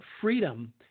freedom